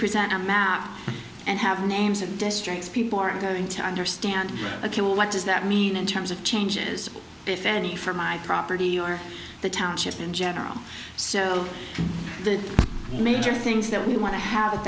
present a map and have names of districts people are going to understand ok well what does that mean in terms of changes if any for my property or the township in general so the major things that we want to have